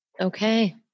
Okay